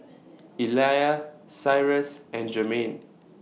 Elia Cyrus and Jermaine